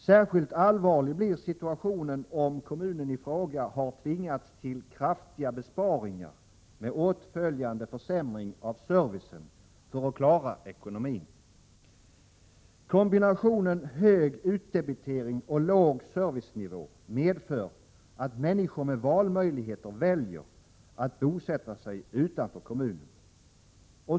Särskilt allvarlig blir situationen om kommunen i fråga har tvingats till kraftiga besparingar, med åtföljande försämring av servicen för att klara ekonomin. Kombinationen hög utdebitering och låg servicenivå medför att människor med valmöjligheter väljer att bosätta sig utanför kommunen.